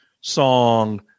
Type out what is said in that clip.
song